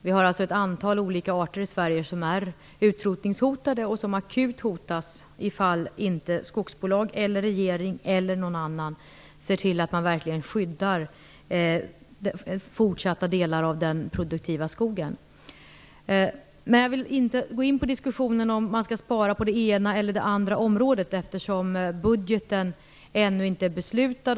Vi har ett antal olika arter i Sverige som är utrotningshotade och som akut hotas ifall inte skogsbolag, regeringen eller någon annan ser till att man verkligen fortsatt skyddar den produktiva skogen. Jag vill inte gå in på diskussionen om man skall spara på det ena eller det andra området eftersom budgeten ännu inte är beslutad.